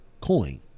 coin